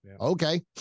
okay